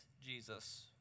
Jesus